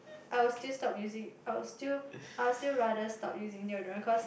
I will still stop using I will still I will still rather stop using deodorant cause